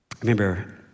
remember